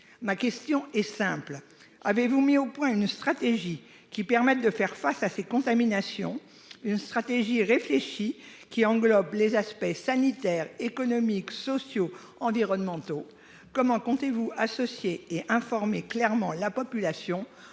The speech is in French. ma question est simple. Avez-vous mis au point une stratégie permettant de faire face à ces contaminations, une stratégie qui soit réfléchie et qui englobe les aspects sanitaires, économiques, environnementaux et sociaux ? Comment comptez-vous associer et informer clairement la population